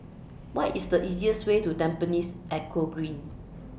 What IS The easiest Way to Tampines Eco Green